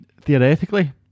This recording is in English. theoretically